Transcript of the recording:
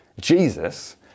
Jesus